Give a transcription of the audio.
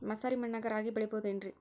ಮಸಾರಿ ಮಣ್ಣಾಗ ರಾಗಿ ಬೆಳಿಬೊದೇನ್ರೇ?